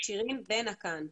שירין בן אקן.